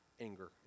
anger